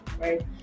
right